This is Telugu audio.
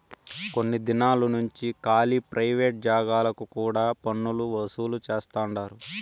కొన్ని దినాలు నుంచి కాలీ ప్రైవేట్ జాగాలకు కూడా పన్నులు వసూలు చేస్తండారు